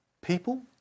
people